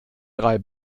drei